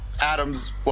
Adams